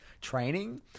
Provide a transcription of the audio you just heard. training